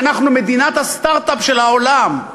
אנחנו מדינת הסטרט-אפ של העולם,